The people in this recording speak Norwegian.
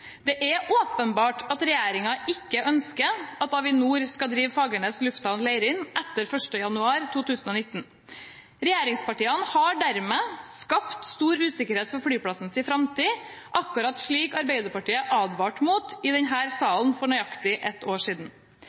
Det er åpenbart at regjeringen ikke ønsker at Avinor skal drive Fagernes lufthavn, Leirin etter 1. januar 2019. Regjeringspartiene har dermed skapt stor usikkerhet for framtiden til flyplassen, akkurat slik Arbeiderpartiet advarte mot i denne salen for nøyaktig ett år siden.